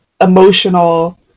emotional